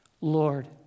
Lord